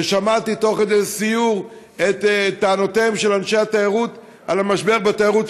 ושמעתי תוך כדי סיור את טענותיהם של אנשי התיירות על המשבר בתיירות,